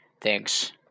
Thanks